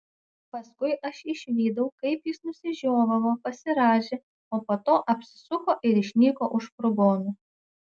paskui aš išvydau kaip jis nusižiovavo pasirąžė o po to apsisuko ir išnyko už furgonų